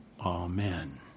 amen